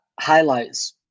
highlights